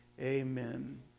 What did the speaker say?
amen